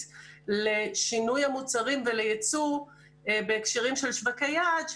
שלהם לשינוי המוצרים ולייצוא בהקשרים של שווקי יעד,